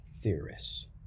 theorists